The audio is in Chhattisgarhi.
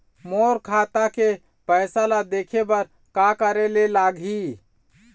मोर खाता के पैसा ला देखे बर का करे ले लागही?